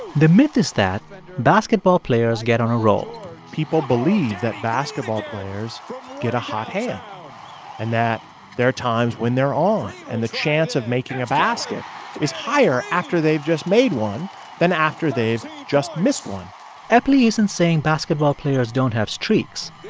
the myth is that basketball players get on a roll people believe that basketball players get a hot hand and that there are times when they're on, and the chance of making a basket is higher after they've just made one then after they've just missed one epley isn't saying basketball players don't have streaks.